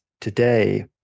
today